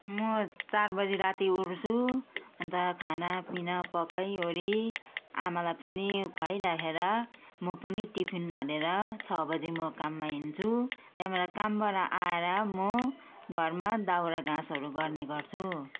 म चार बजी राती उठ्छु अन्त खानापिना पकाइओरी आमालाई पनि खुवाइराखेर म पनि टिफिन हालेर छ बजी म काममा हिँड्छु त्यहाँबाट कामबाट आएर म घरमा दाउराघाँसहरू गर्ने गर्छु